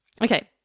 Okay